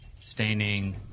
staining